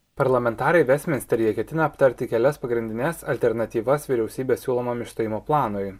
parlamentarai vestminsteryje ketina aptarti kelias pagrindines alternatyvas vyriausybės siūlomam išstojimo planui